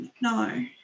no